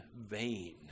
vain